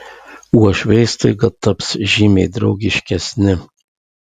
uošviai staiga taps žymiai draugiškesni